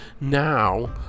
Now